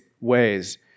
ways